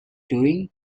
doing